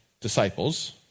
disciples